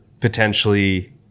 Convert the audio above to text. potentially